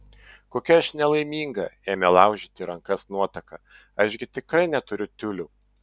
kokia aš nelaiminga ėmė laužyti rankas nuotaka aš gi tikrai neturiu tiulių